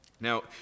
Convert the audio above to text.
Now